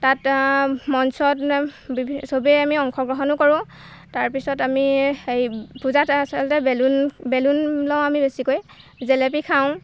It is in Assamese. তাত মঞ্চত চবেই আমি অংশগ্ৰহণো কৰোঁ তাৰপিছত আমি হেৰি পূজাত আচলতে বেলুন বেলুন লওঁ আমি বেছিকৈ জেলেপি খাওঁ